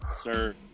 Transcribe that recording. sir